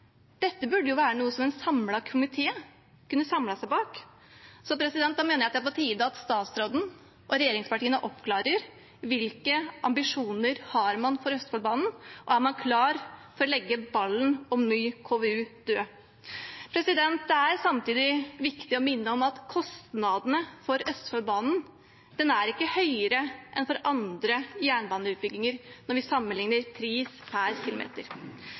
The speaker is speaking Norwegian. dette burde være noe som hele komiteen kunne ha samlet seg bak. Da mener jeg det er på tide at statsråden og regjeringspartiene oppklarer hvilke ambisjoner man har for Østfoldbanen. Er man klar for å legge ballen om ny KVU død? Det er samtidig viktig å minne om at kostnadene for Østfoldbanen ikke er høyere enn for andre jernbaneutbygginger når vi sammenligner pris per km.